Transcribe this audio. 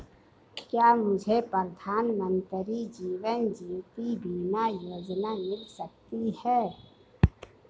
क्या मुझे प्रधानमंत्री जीवन ज्योति बीमा योजना मिल सकती है?